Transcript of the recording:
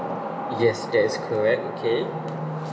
yes that is correct okay